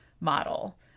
model